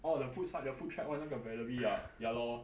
orh the foods side the food track [one] 那个 valerie ah ya lor